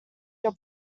your